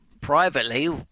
privately